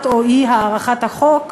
להארכת או אי-הארכת החוק,